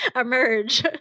emerge